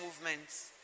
movements